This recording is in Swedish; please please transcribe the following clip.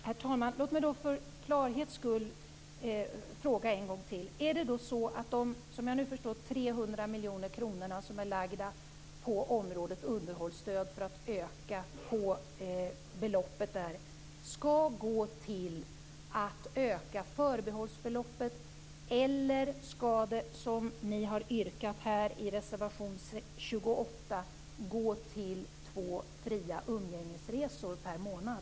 Herr talman! Låt mig då för klarhetens skull fråga en gång till: Är det då så att de 300 miljoner kronor som är lagda på området underhållsstöd för att öka beloppet där skall gå till att öka förbehållsbeloppet? Eller skall det, som ni har yrkat här i reservation 28, gå till två fria umgängesresor per månad?